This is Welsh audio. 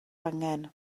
angen